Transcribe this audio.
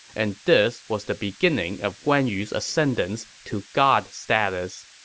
and this was the beginning of guan yu's ascendance to god status